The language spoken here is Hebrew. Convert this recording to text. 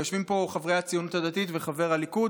יושבים פה חברי הציונות הדתית וחבר הליכוד.